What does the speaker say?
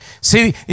See